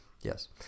Yes